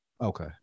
Okay